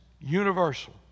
universal